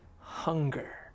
hunger